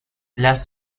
las